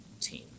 team